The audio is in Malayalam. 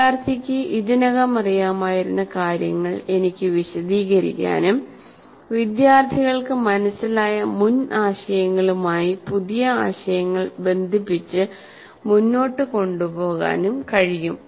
വിദ്യാർത്ഥിക്ക് ഇതിനകം അറിയാമായിരുന്ന കാര്യങ്ങൾ എനിക്ക് വിശദീകരിക്കാനും വിദ്യാർത്ഥികൾക്ക് മനസ്സിലായ മുൻ ആശയങ്ങളുമായി പുതിയ ആശയങ്ങൾ ബന്ധിപ്പിച്ച് മുന്നോട്ട് കൊണ്ടുപോകാനും കഴിയും